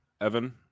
Evan